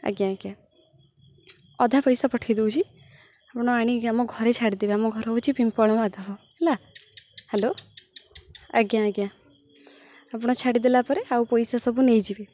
ଆଜ୍ଞା ଆଜ୍ଞା ଅଧା ପଇସା ପଠେଇ ଦେଉଛି ଆପଣ ଆଣି ଆମ ଘରେ ଛାଡ଼ିଦେବେ ଆମ ଘର ହେଉଛି ପିମ୍ପଳମାଧବ ହେଲା ହ୍ୟାଲୋ ଆଜ୍ଞା ଆଜ୍ଞା ଆପଣ ଛାଡ଼ିଦେଲା ପରେ ଆଉ ପଇସା ସବୁ ନେଇଯିବେ